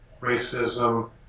racism